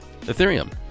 Ethereum